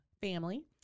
Family